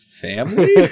family